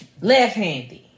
Left-handed